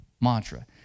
Mantra